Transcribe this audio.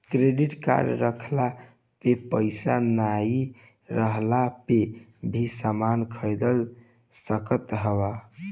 credit card रखला पे पईसा नाइ रहला पअ भी समान खरीद सकत हवअ